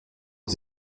des